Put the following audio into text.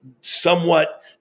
somewhat